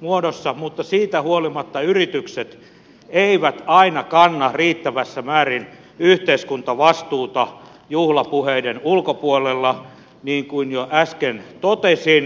muodossa mutta siitä huolimatta yritykset eivät aina kanna riittävässä määrin yhteiskuntavastuuta juhlapuheiden ulkopuolella niin kuin jo äsken totesin